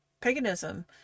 paganism